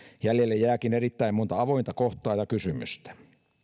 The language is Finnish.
jäljelle jääkin erittäin monta avointa kohtaa ja kysymystä